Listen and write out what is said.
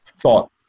thought